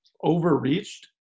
overreached